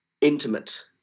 intimate